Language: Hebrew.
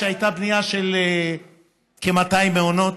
הייתה בנייה של כ-200 מעונות,